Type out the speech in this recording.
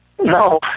No